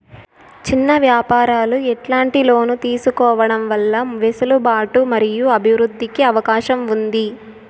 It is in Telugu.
చిన్న వ్యాపారాలు ఎట్లాంటి లోన్లు తీసుకోవడం వల్ల వెసులుబాటు మరియు అభివృద్ధి కి అవకాశం ఉంది?